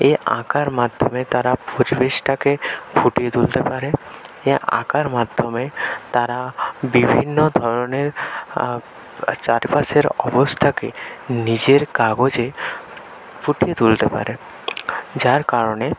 এই আঁকার মাধ্যমে তারা পরিবেশটাকে ফুটিয়ে তুলতে পারে এ আঁকার মাধ্যমে তারা বিভিন্ন ধরনের চারপাশের অবস্থাকে নিজের কাগজে ফুটিয়ে তুলতে পারে যার কারণে